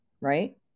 right